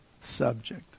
subject